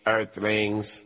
Earthlings